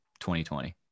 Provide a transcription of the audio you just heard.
2020